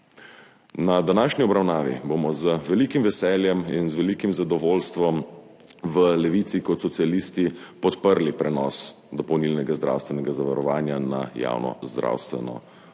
Na današnji obravnavi bomo z velikim veseljem in z velikim zadovoljstvom v Levici kot socialisti podprli prenos dopolnilnega zdravstvenega zavarovanja na javno zdravstveno